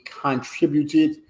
contributed